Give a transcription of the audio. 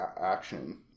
action